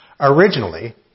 Originally